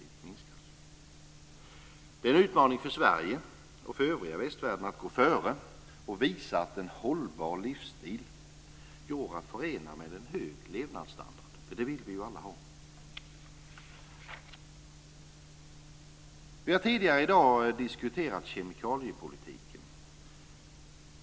Det är en utmaning för Sverige och för övriga västvärlden att gå före och visa att en hållbar livsstil går att förena med en hög levnadsstandard, för det vill vi ju alla ha. Vi har tidigare i dag diskuterat kemikaliepolitiken.